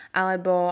alebo